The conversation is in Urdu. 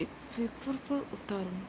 ایک پیپر پر اتاروں